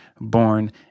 born